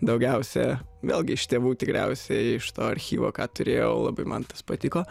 daugiausia vėlgi iš tėvų tikriausiai iš to archyvo ką turėjau labai man tas patiko